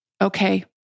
okay